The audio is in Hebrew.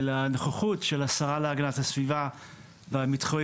ולנוכחות של השרה להגנת הסביבה וההתחייבות